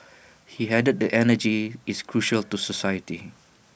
he added that energy is crucial to society